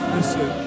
Listen